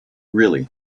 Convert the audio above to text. really